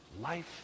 life